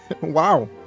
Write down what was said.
Wow